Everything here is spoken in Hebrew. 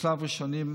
בשלב ראשוני,